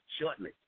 shortly